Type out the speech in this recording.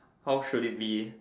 how should it be